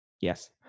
yes